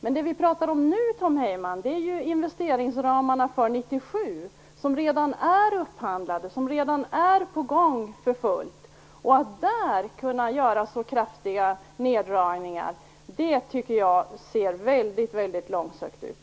Men det vi pratar om nu, Tom Heyman, är ju investeringsramarna för 1997, som gäller projekt som redan är upphandlade och i full gång, och att man där skulle kunna göra så kraftiga neddragningar tycker jag verkar väldigt långsökt.